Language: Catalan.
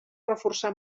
reforçar